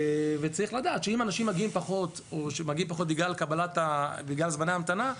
צריך לדעת שאם אנשים מגיעים פחות בגלל זמני ההמתנה,